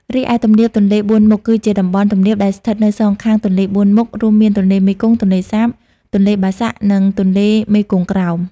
រីឯ ទំនាបទន្លេបួនមុខ គឺជាតំបន់ទំនាបដែលស្ថិតនៅសងខាងទន្លេបួនមុខ រួមមានទន្លេមេគង្គ ទន្លេសាប ទន្លេបាសាក់ និងទន្លេមេគង្គក្រោម។